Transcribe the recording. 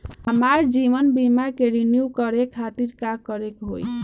हमार जीवन बीमा के रिन्यू करे खातिर का करे के होई?